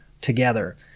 together